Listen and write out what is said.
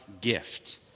gift